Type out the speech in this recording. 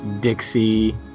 Dixie